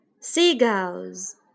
seagulls